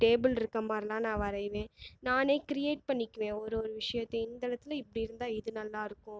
table இருக்கற மாதிரிலாம் நான் வரையிவேன் நானே க்ரியேட் பண்ணிக்குவேன் ஒரு ஒரு விஷயத்தையும் இந்த இடத்தில் இப்படி இருந்தால் இது நல்லாயிருக்கும்